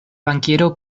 bankiero